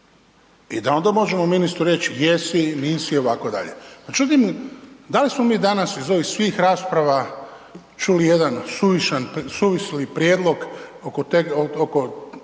i da onda možemo ministru reći jesi, nisi itd. Međutim, da li smo mi danas iz ovih svih rasprava čuli jedan suvisli prijedlog oko